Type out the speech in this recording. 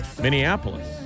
Minneapolis